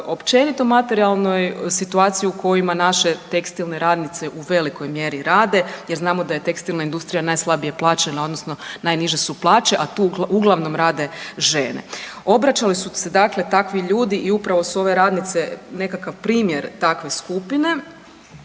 općenito materijalnoj situaciji u kojima naše tekstilne radnice u velikoj mjeri rade jer znamo da je tekstilna industrija najslabije plaćena odnosno najniže su plaće, a tu uglavnom rade žene. Obraćale su se takvi ljudi i upravo su ove radnice nekakav primjer takve skupine